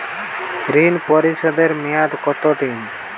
ঋণ পরিশোধের মেয়াদ কত দিন?